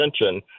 attention